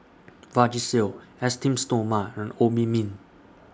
Vagisil Esteem Stoma and Obimin